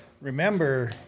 remember